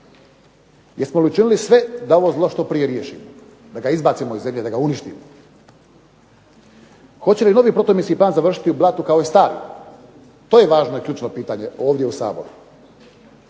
Jesmo li učinili sve da ovo zlo što prije riješimo? Da ga izbacimo iz zemlje, da ga uništimo? Hoće li novi protuminski plan završiti u blatu kao i stari? To je važno i ključno pitanje ovdje u Saboru.